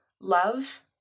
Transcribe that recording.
love